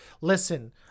listen